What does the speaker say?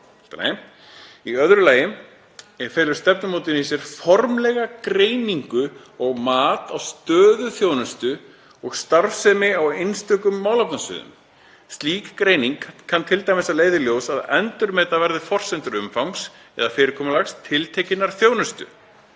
Í öðru lagi felur stefnumótun í sér formlega greiningu og mat á stöðu þjónustu og starfsemi á einstökum málefnasviðum. Slík greining kann t.d. að leiða í ljós að endurmeta verði forsendur umfangs eða fyrirkomulags tiltekinnar þjónustu.“